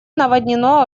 наводнено